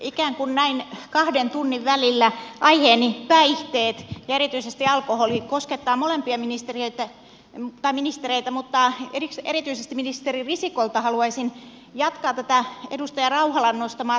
ikään kuin näin kahden tunnin välein aiheeni päihteet ja erityisesti alkoholi koskettavat molempia ministereitä mutta erityisesti ministeri risikolta haluaisin jatkoa tähän edustaja rauhalan nostamaan tutkimusnäkökulmaan